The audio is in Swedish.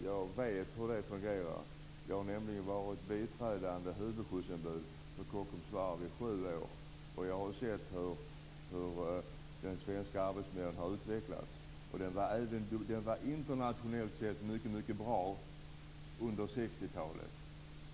jag hur det fungerar. Jag har nämligen varit biträdande huvudskyddsombud på Kockums varv i sju år, och jag har sett hur den svenska arbetsmiljön har utvecklats. Den var internationellt sett mycket bra under 60-talet.